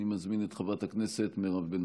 אני מזמין את חברת הכנסת מירב בן